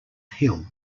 hill